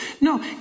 No